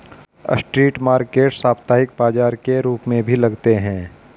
street market साप्ताहिक बाजार के रूप में भी लगते हैं